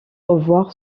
revoir